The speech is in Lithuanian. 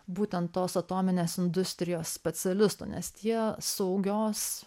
būtent tos atominės industrijos specialistų nes tie saugios